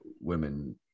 women